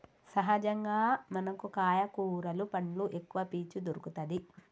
సహజంగా మనకు కాయ కూరలు పండ్లు ఎక్కవ పీచు దొరుకతది